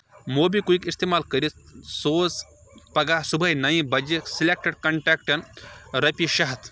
Mobi Kwik استعمال کٔرِتھ سوٗزِ پگہہ صبحٲے نَوِ بجہِ سلیکٹِڈ کنٹیکٹَن رۄپیہِ شےٚ ہَتھ